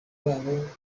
babo